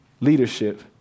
leadership